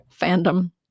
fandom